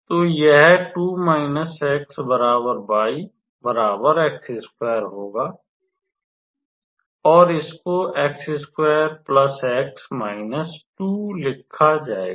तो यह होगा और इसको लिखा जाएगा